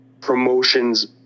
promotion's